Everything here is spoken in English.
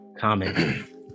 comment